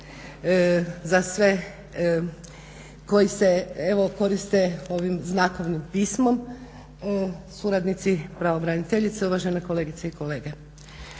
za sve koji se koriste ovim znakovnim pismom, suradnici pravobraniteljice, uvažene kolegice i kolege.